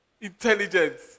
intelligence